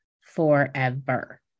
forever